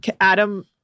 Adam